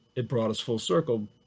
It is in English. it brought us full circle,